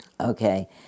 Okay